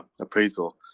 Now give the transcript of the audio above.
appraisal